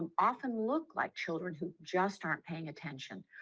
um often look like children who just aren't paying attention.